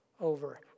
over